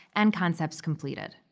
and concepts completed.